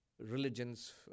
religions